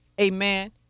Amen